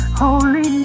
holy